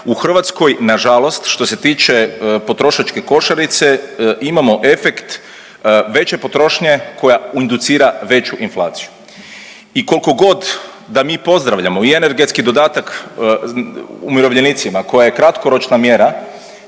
u Hrvatskoj nažalost što se tiče potrošačke košarice imamo efekt veće potrošnje koja inducira veću inflaciju. I koliko god da mi pozdravljamo i energetski dodatak umirovljenicima koja je kratkoročna mjera,